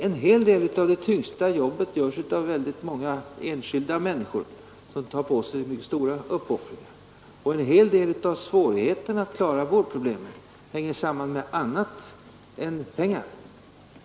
En hel del av det tyngsta jobbet utförs av många enskilda människor som gör mycket stora uppoffringar, och en stor del av svårigheterna att klara vårdproblemet hänger samman med annat än pengar.